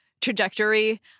trajectory